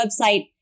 website